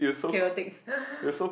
chaotic